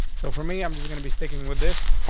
so for me, i'm just gonna be sticking with this.